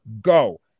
go